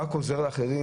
רק עוזר לאחרים,